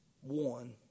One